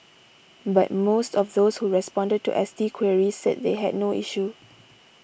but most of those who responded to S T queries said they had no issue